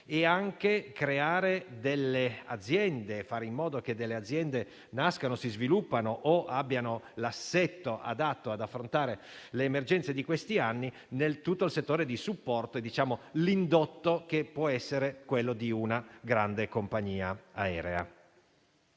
grande lavoro in questo senso, facendo in modo che delle aziende nascano, si sviluppino o abbiano l'assetto adatto ad affrontare le emergenze di questi anni in tutto il settore di supporto, con l'indotto che può essere quello di una grande compagnia aerea.